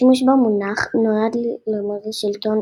השימוש במונח נועד לרמוז לשלטון